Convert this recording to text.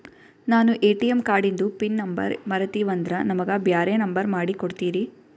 ನಾನು ಎ.ಟಿ.ಎಂ ಕಾರ್ಡಿಂದು pin number ಮರತೀವಂದ್ರ ನಮಗ ಬ್ಯಾರೆ ನಂಬರ್ ಮಾಡಿ ಕೊಡ್ತೀರಿ?